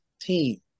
team